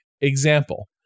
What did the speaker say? Example